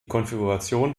konfiguration